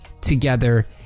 together